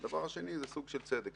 הדבר השני הוא סוג של צדק.